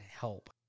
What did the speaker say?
help